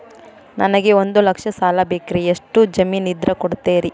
ನನಗೆ ಒಂದು ಲಕ್ಷ ಸಾಲ ಬೇಕ್ರಿ ಎಷ್ಟು ಜಮೇನ್ ಇದ್ರ ಕೊಡ್ತೇರಿ?